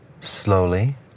slowly